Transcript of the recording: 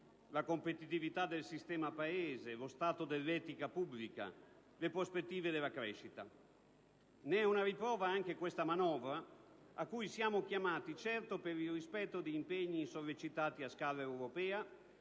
la competitività del sistema Paese, lo stato dell'etica pubblica, le prospettive della crescita. Ne è una riprova anche questa manovra, a cui siamo chiamati certo per il rispetto di impegni sollecitati a scala europea,